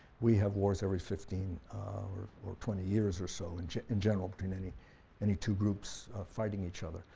we have wars every fifteen or or twenty years or so and yeah in general between any any two groups fighting each other.